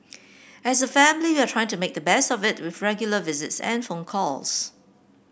as a family we are trying to make the best of it with regular visits and phone calls